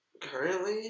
Currently